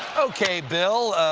okay, bill,